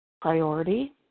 priority